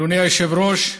אדוני היושב-ראש,